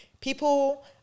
people